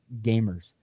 gamers